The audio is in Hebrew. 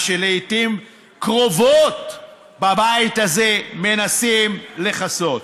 מה שלעיתים קרובות בבית הזה מנסים לכסות,